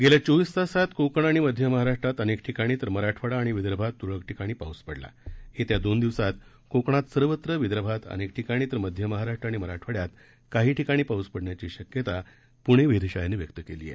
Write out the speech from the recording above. गेल्या चोवीस तासात कोकण आणि मध्य महाराष्ट्रात अनेक ठिकाणी तर मराठवाडा आणि विदर्भात त्रळक ठिकाणी पाऊस पडलायेत्या दोन दिवसात कोकणात सर्वत्र विदर्भात अनेक ठिकाणी तर मध्य महाराष्ट्र आणि मराठवाड्यात काही ठिकाणी पाऊस पडण्याची शक्यता प्णे वेधशाळेनं व्यक्त केली आहे